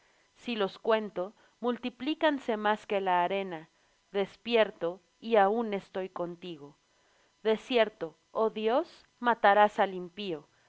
si los cuento multiplícanse más que la arena despierto y aun estoy contigo de cierto oh dios matarás al impío